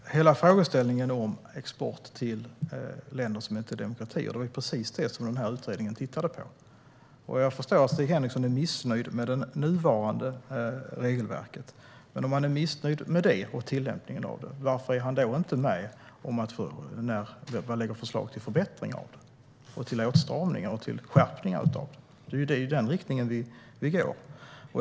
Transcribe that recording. Herr talman! Hela frågeställningen om export till länder som inte är demokratier var precis det som utredningen tittade på. Jag förstår att Stig Henriksson är missnöjd med det nuvarande regelverket och tillämpningen av det, men varför är han då inte med och lägger fram förslag till förbättringar, åtstramningar och skärpningar av det? Det är ju i den riktningen vi går.